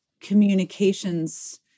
communications